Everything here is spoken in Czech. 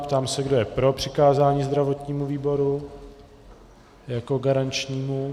Ptám se, kdo je pro přikázání zdravotnímu výboru jako garančnímu.